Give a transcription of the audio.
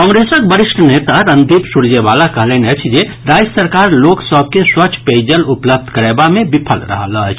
कांग्रेसक वरिष्ठ नेता रणदीप सुरजेवाला कहलनि अछि जे राज्य सरकार लोक सभ के स्वच्छ पेयजल उपलब्ध करयबा मे विफल रहल अछि